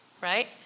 right